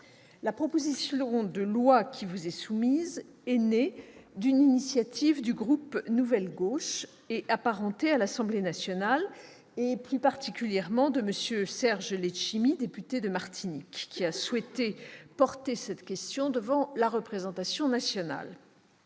La proposition de loi est née d'une initiative du groupe Nouvelle Gauche et apparentés à l'Assemblée nationale, plus particulièrement de M. Serge Letchimy, député de la Martinique, qui a souhaité porter cette question devant la représentation nationale.